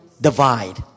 divide